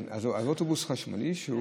כן, אוטובוס חשמלי.